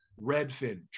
Redfin